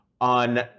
on